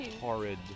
horrid